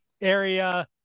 area